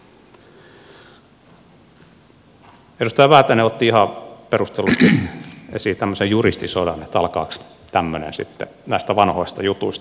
edustaja väätäinen otti ihan perustellusti esiin tämmöisen juristisodan että alkaako tämmöinen sitten näistä vanhoista jutuista